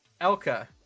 Elka